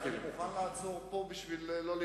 זה אולי